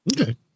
Okay